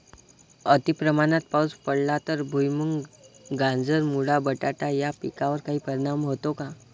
अतिप्रमाणात पाऊस पडला तर भुईमूग, गाजर, मुळा, बटाटा या पिकांवर काही परिणाम होतो का?